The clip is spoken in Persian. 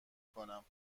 کنم